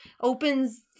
opens